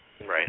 Right